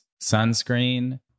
sunscreen